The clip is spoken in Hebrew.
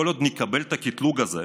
כל עוד נקבל את הקטלוג הזה,